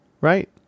Right